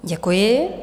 Děkuji.